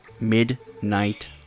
Midnight